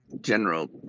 general